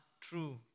true